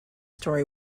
story